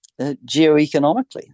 geoeconomically